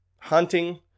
hunting